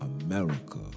America